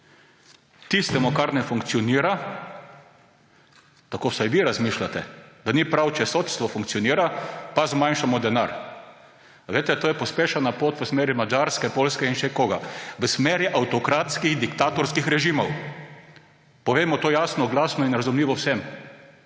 tistemu, kar ne funkcionira, tako vsaj vi razmišljate, da ni prav, če sodstvo funkcionira, pa zmanjšamo denar. To je pospešena pot v smeri Madžarske, Poljske in še koga, v smeri avtokratskih, diktatorskih režimov. Povejmo to jasno, glasno in razumljivo vsem.